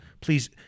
Please